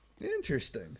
Interesting